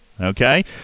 Okay